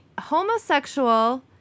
homosexual